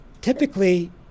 typically